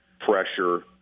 pressure